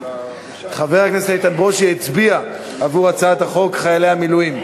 חבר הכנסת איתן ברושי הצביע עבור הצעת החוק חיילי המילואים.